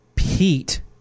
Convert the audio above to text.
Pete